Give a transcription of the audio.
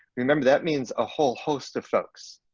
remember that means a whole host of folks,